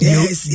Yes